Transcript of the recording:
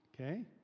Okay